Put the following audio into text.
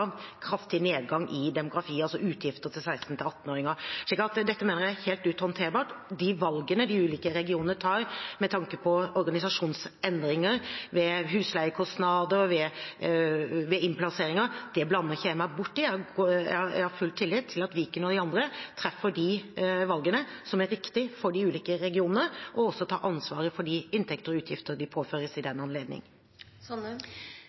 kraftig nedgang i demografi, altså utgifter til 16–18 åringer. Så dette mener jeg er fullt ut håndterbart. Når det gjelder de valgene de ulike regionene tar, med tanke på organisasjonsendringer, husleiekostnader og innplasseringer, blander jeg meg ikke borti det. Jeg har full tillit til at Viken og de andre treffer de valgene som er riktige for de ulike regionene, og tar ansvar for de inntekter og utgifter som de påføres i